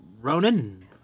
Ronan